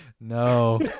No